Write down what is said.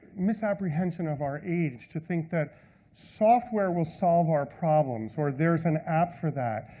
misapprehension of our age to think that software will solve our problems, or there's an app for that.